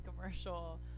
commercial